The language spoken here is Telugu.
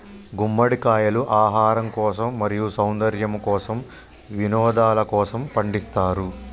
గుమ్మడికాయలు ఆహారం కోసం, మరియు సౌందర్యము కోసం, వినోదలకోసము పండిస్తారు